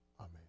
Amen